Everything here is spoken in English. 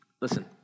Listen